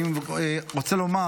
אני רוצה לומר,